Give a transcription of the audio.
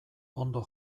ondo